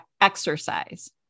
exercise